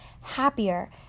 happier